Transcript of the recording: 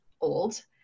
old